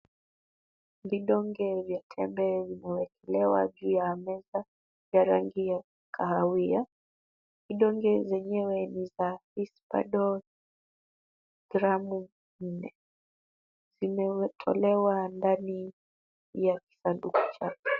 Vidonge vya tembe vimewekelewa juu ya meza ya rangi ya kahawia. Vidonge zenyewe ni za Risperdal gramu nne. Zimetolewa ndani ya kisanduku cha